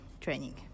training